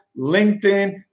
LinkedIn